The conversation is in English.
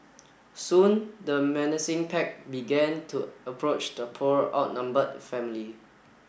soon the menacing pack began to approach the poor outnumbered family